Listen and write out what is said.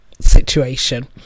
situation